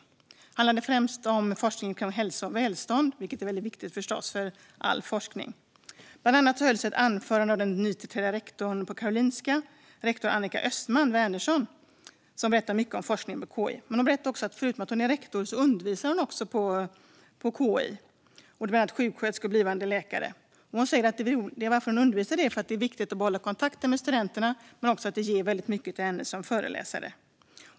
Det handlade främst om forskning kring hälsa och välstånd, vilket förstås är väldigt viktigt för all forskning. Bland annat hölls ett anförande av den nytillträdda rektorn på Karolinska, Annika Östman Wernersson. Hon berättade om viktig forskning på KI, men hon berättade också att hon förutom att hon är rektor också undervisar bland annat blivande sjuksköterskor och läkare på KI. Skälet till att hon undervisar är att det är viktigt att behålla kontakten med studenterna men också att det ger henne väldigt mycket som föreläsare.